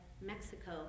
Mexico